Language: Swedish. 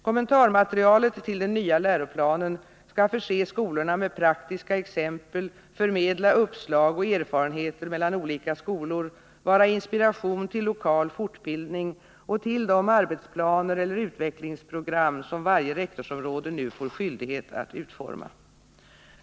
Kommentarmaterialet till den nya läroplanen skall förse skolorna med praktiska exempel, förmedla uppslag och erfarenheter mellan olika skolor, vara inspiration till lokal fortbildning och till de arbetsplaner eller utvecklingsprogram som varje rektorsområde nu får skyldighet att utforma.